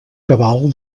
cabal